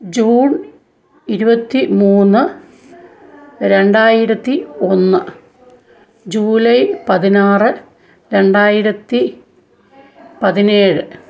June ഇരുപത്തി മൂന്ന് രണ്ടായിരത്തി ഒന്ന് ജൂലൈ പതിനാറ് രണ്ടായിരത്തി പതിനേഴ്